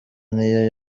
niyo